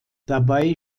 dabei